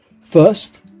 First